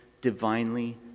divinely